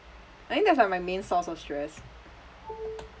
I think that's like my main source of stress